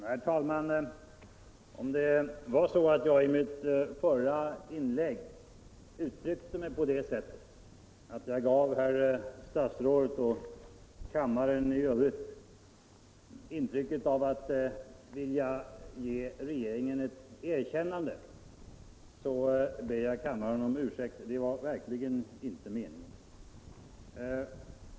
Herr talman! Om jag i mitt förra inlägg uttryckte mig på det sättet att jag gav herr statsrådet och kammaren i övrigt intrycket att jag ville ge regeringen ett erkännande ber jag kammaren om ursäkt. Det var verkligen inte meningen.